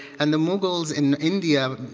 and the mughals in india,